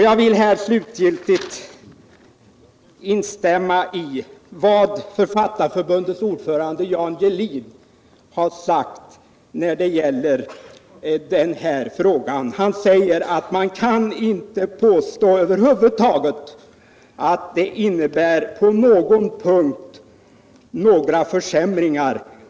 Jag vill här slutgiltigt instämma i vad Författarförbundets ordförande Jan Gehlin har sagt i den här frågan, nämligen att man över huvud taget inte kan påstå att tryckfrihetsförordningen i dess nya lydelse på någon punkt innebär några försämringar.